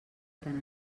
tant